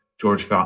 George